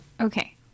okay